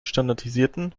standardisierten